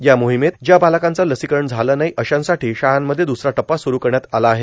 या मोहमेत ज्या बालकांचं लसीकरण झालं नाहों अशांसाठी शाळांमध्ये दुसरा टप्पा सुरू करण्यात आला आहे